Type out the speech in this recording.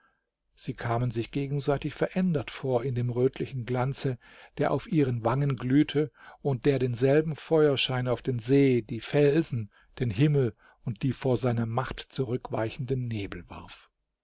sie kamen sich gegenseitig verändert vor in dem rötlichen glanze der auf ihren wangen glühte und der denselben feuerschein auf den see die felsen den himmel und die vor seiner macht zurückweichenden nebel warf